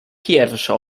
pierwsze